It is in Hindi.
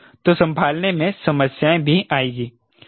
तो संभालने में समस्याएं भी आएगी